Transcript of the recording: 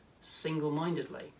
single-mindedly